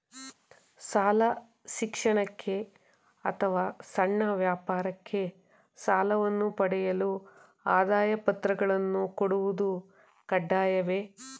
ಶಾಲಾ ಶಿಕ್ಷಣಕ್ಕೆ ಅಥವಾ ಸಣ್ಣ ವ್ಯಾಪಾರಕ್ಕೆ ಸಾಲವನ್ನು ಪಡೆಯಲು ಆದಾಯ ಪತ್ರಗಳನ್ನು ಕೊಡುವುದು ಕಡ್ಡಾಯವೇ?